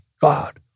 God